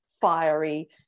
fiery